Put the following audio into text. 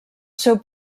seu